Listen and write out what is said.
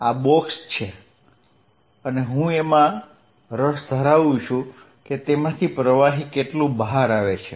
આ બોક્સ છે અને હું એમાં રસ ધરાવું છું કે તેમાંથી પ્રવાહી કેટલું બહાર આવે છે